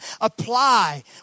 apply